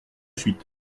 suite